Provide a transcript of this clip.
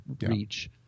reach